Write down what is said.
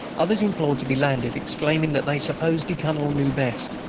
others implored to be landed, exclaiming that they supposed de cunnel knew best,